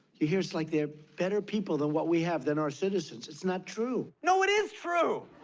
you hear it's like they're better people than what we have, than our citizens, it's not true. no, it is true!